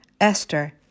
Esther